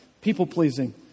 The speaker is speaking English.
people-pleasing